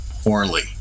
poorly